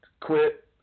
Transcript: quit